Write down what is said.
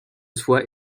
soie